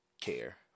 care